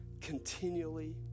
continually